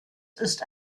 ist